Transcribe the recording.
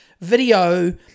video